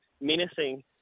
menacing